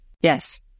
Yes